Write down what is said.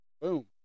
Boom